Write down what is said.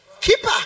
Keeper